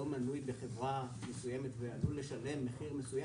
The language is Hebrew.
מנוי בחברה מסוימת ועלול לשלם מחיר מסוים,